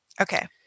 okay